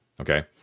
Okay